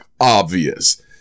obvious